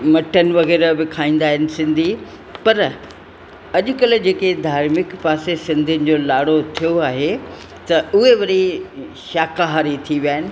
mutton वग़ैरह बि खाईंदा आहिनि सिंधी पर अॼुकल्ह जेके धार्मिक पासे सिंधियुनि जो लाॾो थियो आहे त उहे वरी शाकाहारी थी विया आहिनि